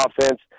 offense